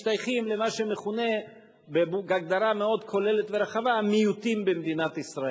משתייכים למה שמכונה בהגדרה מאוד כוללת ורחבה מיעוטים במדינת ישראל: